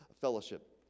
fellowship